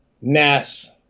Nas